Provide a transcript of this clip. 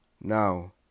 Now